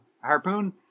harpoon